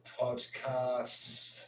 podcasts